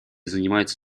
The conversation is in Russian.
занимаются